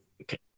okay